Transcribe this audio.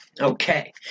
Okay